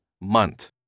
month